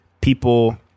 people